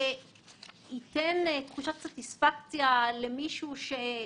זאת אומרת, אם יש לנו גורם שכוח השוק שלו